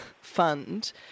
Fund